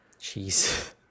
Jeez